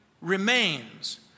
remains